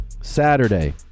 Saturday